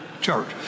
Church